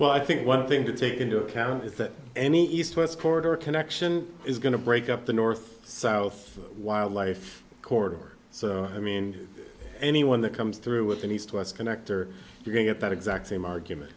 well i think one thing to take into account is that any east west corridor connection is going to break up the north south wildlife corridor so i mean anyone that comes through with an east west connector you're going at that exact same argument